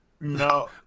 no